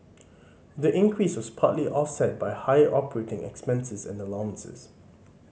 the increase was partly offset by higher operating expenses and allowances